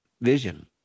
vision